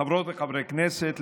חברות וחברי הכנסת,